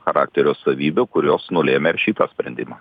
charakterio savybių kurios nulėmė ir šitą sprendimą